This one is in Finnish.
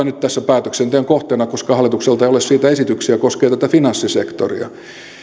nyt tässä päätöksenteon kohteena koska hallitukselta ei ole siitä esityksiä ja se koskee tätä finanssisektoria